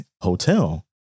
hotel